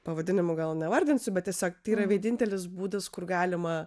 pavadinimu gal nevardinsiu bet tiesiog tai yra vienintelis būdas kur galima